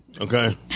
Okay